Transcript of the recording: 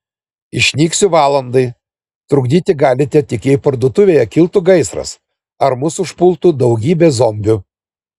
išnyksiu valandai trukdyti galite tik jei parduotuvėje kiltų gaisras ar mus užpultų daugybė zombių